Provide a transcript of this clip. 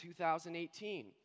2018